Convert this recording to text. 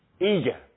eager